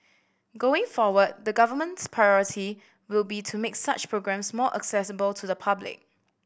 going forward the Government's priority will be to make such programmes more accessible to the public